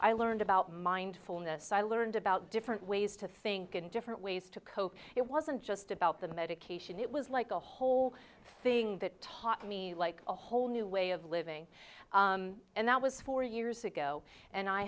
i learned about mindfulness i learned about different ways to think and different ways to cope it wasn't just about the medication it was like the whole thing that taught me like a whole new way of living and that was four years ago and i